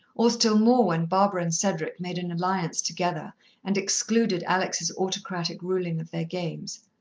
or still more when barbara and cedric made an alliance together and excluded alex's autocratic ruling of their games.